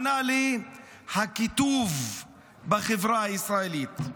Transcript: ענה לי: הקיטוב בחברה הישראלית.